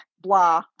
blah